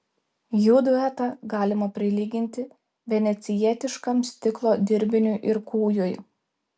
jų duetą galima prilyginti venecijietiškam stiklo dirbiniui ir kūjui